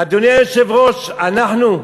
אדוני היושב-ראש, אנחנו,